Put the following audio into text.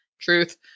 Truth